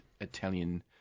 Italian